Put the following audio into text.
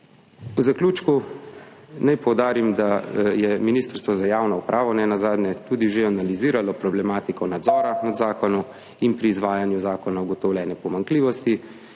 V zaključku naj poudarim, da je Ministrstvo za javno upravo nenazadnje tudi že analiziralo problematiko nadzora nad zakonom in pri izvajanju zakona ugotovljene pomanjkljivosti